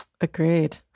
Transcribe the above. Agreed